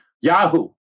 Yahoo